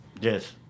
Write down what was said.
yes